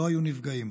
לא היו נפגעים.